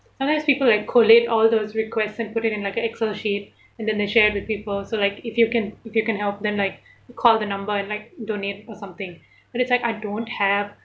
sometimes like people like collate all those requests and put it in like a excel sheet and then they share it with people so like if you can if you can help them like call the number and like donate or something but it's like I don't have